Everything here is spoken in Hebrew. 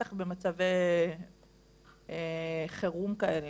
בטח במצבי חירום כאלה,